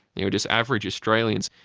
you know just average australians,